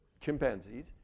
chimpanzees